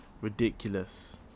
ridiculous